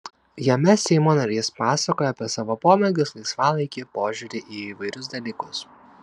jame seimo narys pasakoja apie savo pomėgius laisvalaikį požiūrį į įvairius dalykus